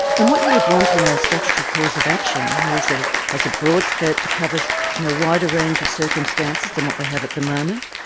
and what you would want in a statutory cause of action you know is that it has a broad scope to cover a you know wider range of circumstances than what we have at the moment.